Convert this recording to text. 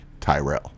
Tyrell